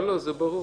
זה ברור.